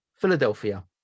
Philadelphia